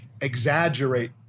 exaggerate